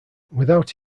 without